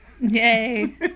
Yay